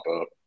up